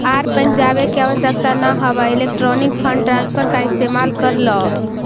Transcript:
आर bank जावे के आवश्यकता न हवअ इलेक्ट्रॉनिक फंड ट्रांसफर का इस्तेमाल कर लअ